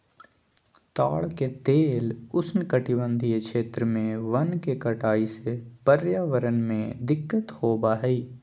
ताड़ के तेल उष्णकटिबंधीय क्षेत्र में वन के कटाई से पर्यावरण में दिक्कत होबा हइ